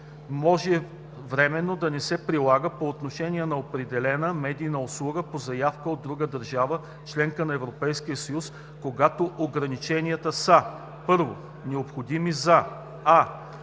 може временно да не се прилага по отношение на определена медийна услуга по заявка от друга държава – членка на Европейския съюз, когато ограниченията са: 1. необходими за: